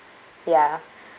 ya